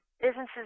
Businesses